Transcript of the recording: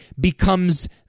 becomes